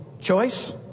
Choice